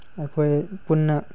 ꯑꯩꯈꯣꯏ ꯄꯨꯟꯅ